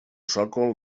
sòcol